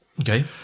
Okay